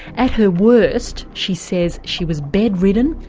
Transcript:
at her worst she says she was bedridden,